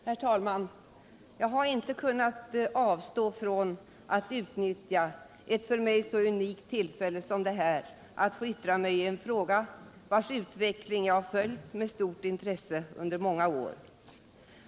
Herr talman! Jag kan inte avstå från att utnyttja ett för mig så unikt tillfälle som detta att få yttra mig i en fråga vars utveckling jag följt med stort intresse under många år.